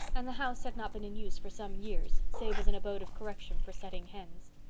and the house had not been in use for some years, save as an abode of correction for setting hens.